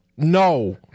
No